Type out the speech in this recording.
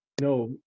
No